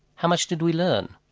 how much did we learn?